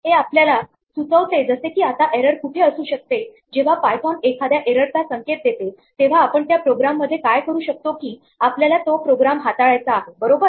हे आपल्याला सुचवते जसे की आता एरर कुठे असू शकते जेव्हा पायथोन एखाद्या एरर चा संकेत देते तेव्हा आपण त्या प्रोग्राम मध्ये काय करू शकतो की आपल्याला तो प्रोग्राम हाताळायचा आहे बरोबर